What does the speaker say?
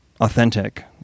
authentic